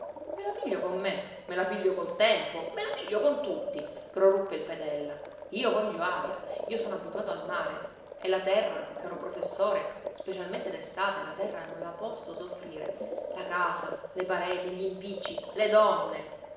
me la piglio con me me la piglio col tempo me la piglio con tutti proruppe il petella io voglio aria io sono abituato al mare e la terra caro professore specialmente d'estate la terra non la posso soffrire la casa le pareti gl'impicci le donne